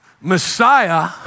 Messiah